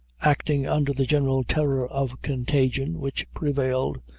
acting under the general terror of contagion which prevailed,